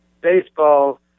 baseball